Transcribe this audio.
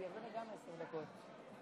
ירדנה, גם עשר דקות?